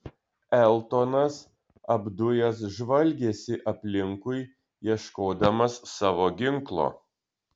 eltonas apdujęs žvalgėsi aplinkui ieškodamas savo ginklo